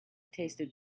tasted